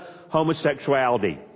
homosexuality